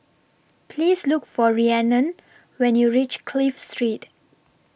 Please Look For Rhiannon when YOU REACH Clive Street